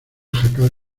jacal